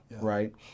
right